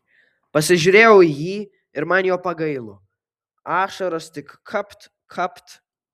pasižiūrėjau į jį ir man jo pagailo ašaros tik kapt kapt